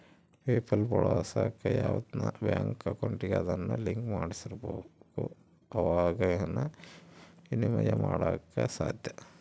PayPal ಬಳಸಾಕ ಯಾವ್ದನ bank ಅಕೌಂಟಿಗೆ ಅದುನ್ನ ಲಿಂಕ್ ಮಾಡಿರ್ಬಕು ಅವಾಗೆ ಃನ ವಿನಿಮಯ ಮಾಡಾಕ ಸಾದ್ಯ